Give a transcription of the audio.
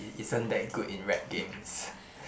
isn't that good in rec games